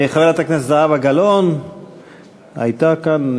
חברת הכנסת זהבה גלאון הייתה כאן,